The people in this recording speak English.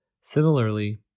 Similarly